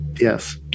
Yes